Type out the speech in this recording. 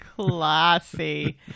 Classy